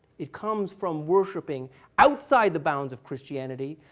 it comes from worshipping outside the bounds of christianity.